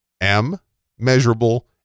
M-measurable